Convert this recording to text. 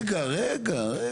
רגע, רגע.